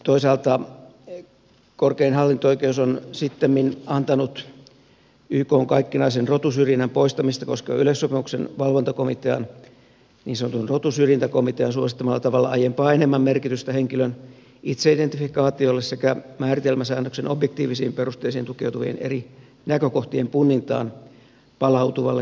toisaalta korkein hallinto oikeus on sittemmin antanut ykn kaikkinaisen rotusyrjinnän poistamista koskevan yleissopimuksen valvontakomitean niin sanotun rotusyrjintäkomitean suosittamalla tavalla aiempaa enemmän merkitystä henkilön itseidentifikaatiolle sekä määritelmäsäännöksen objektiivisiin perusteisiin tukeutuvien eri näkökohtien punnintaan palautuvalle kokonaisharkinnalle